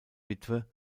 witwe